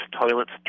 toilets